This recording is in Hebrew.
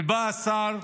בא השר,